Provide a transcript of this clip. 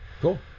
cool